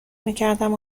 میکردم